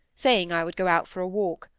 saying i would go out for a walk.